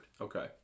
Okay